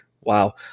Wow